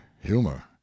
humor